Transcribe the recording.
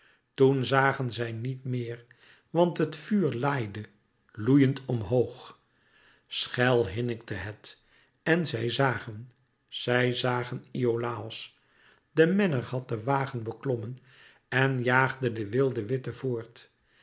toen zagen zij niet meer want het vuur laaide loeiend omhoog schel hinnikte het en zij zagen zij zagen iolàos de menner had den wagen beklommen en jaagde de wilde witte voort